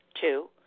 Two